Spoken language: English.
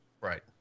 Right